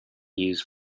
use